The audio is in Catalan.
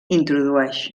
introdueix